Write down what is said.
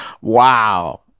wow